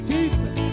Jesus